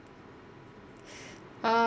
uh